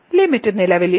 limit നിലവിലില്ല